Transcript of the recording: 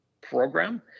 program